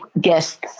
guests